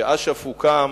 כשאש"ף הוקם,